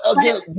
Again